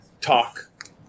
Talk